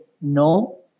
no